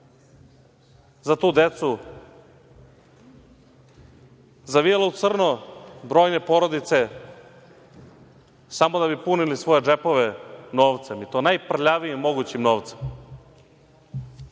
za tu decu, zavijala u crno brojne porodice samo da bi punili svoje džepove novcem i to najprljavijim mogućim novcem. Mi